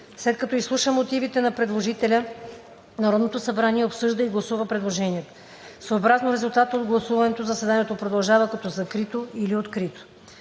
След като изслуша мотивите на предложителя, Народното събрание обсъжда и гласува предложението. Съобразно резултата от гласуването заседанието продължава като закрито или открито.